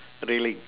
railing